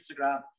instagram